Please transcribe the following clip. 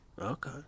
Okay